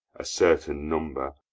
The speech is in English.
a certain number,